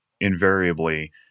invariably